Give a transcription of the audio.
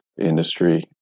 industry